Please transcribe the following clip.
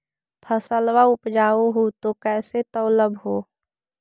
फसलबा उपजाऊ हू तो कैसे तौउलब हो?